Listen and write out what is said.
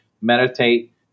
meditate